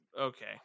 okay